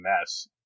mess